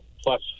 plus